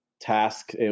task